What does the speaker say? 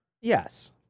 Yes